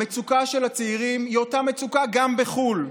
המצוקה של הצעירים היא אותה מצוקה גם בחו"ל,